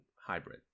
hybrid